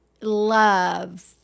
love